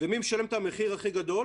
ומי משלם את המחיר הכי גדול?